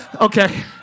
Okay